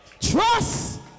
Trust